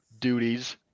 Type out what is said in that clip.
duties